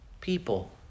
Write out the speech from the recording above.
people